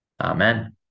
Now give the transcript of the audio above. Amen